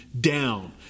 down